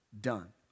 done